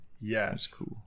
Yes